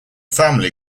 family